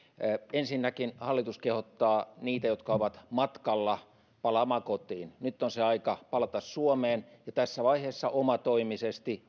ensinnäkin hallitus kehottaa niitä jotka ovat matkalla palaamaan kotiin nyt on se aika palata suomeen ja tässä vaiheessa omatoimisesti